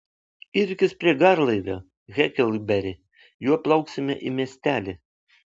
irkis prie garlaivio heklberi juo plauksime į miestelį